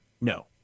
no